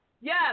Yes